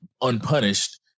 unpunished